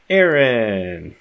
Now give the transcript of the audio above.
Aaron